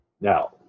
Now